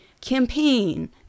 campaign